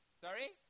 Sorry